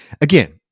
Again